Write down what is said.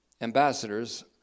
ambassadors